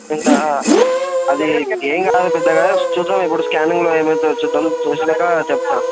ఇంకా అది ఏం కాదు పెద్దగా చూద్దాం ఇప్పుడు స్క్యానింగ్లో ఏమవుతుందో చూద్దాం చూసినాక చెప్తా